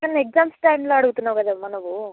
నన్ను ఎగ్జామ్స్ టైమ్లో అడుగుతున్నావు కదమ్మ నువ్వు